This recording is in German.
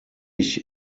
ich